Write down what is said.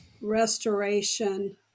restoration